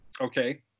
okay